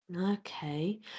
Okay